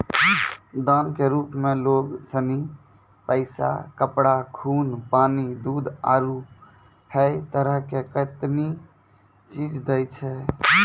दान के रुप मे लोग सनी पैसा, कपड़ा, खून, पानी, दूध, आरु है तरह के कतेनी चीज दैय छै